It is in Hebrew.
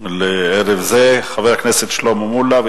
לערב זה, חבר הכנסת שלמה מולה.